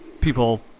people